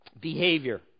behavior